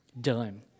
done